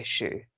issue